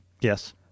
Yes